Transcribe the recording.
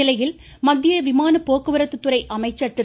இந்நிலையில் மத்திய விமான போக்குவரத்து துறை அமைச்சர் திரு